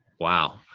wow.